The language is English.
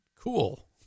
Cool